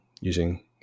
using